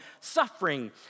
suffering